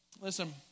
Listen